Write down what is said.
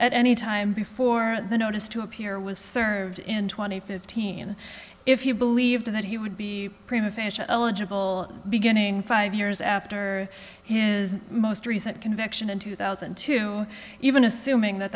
at any time before the notice to appear was served in two thousand and fifteen if you believed that he would be prima facia eligible beginning five years after his most recent conviction in two thousand and two even assuming that